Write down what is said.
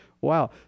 wow